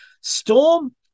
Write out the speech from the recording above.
Storm